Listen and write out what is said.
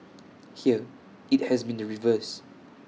here IT has been the reverse